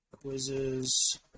quizzes